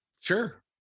Sure